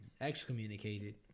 excommunicated